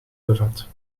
bevat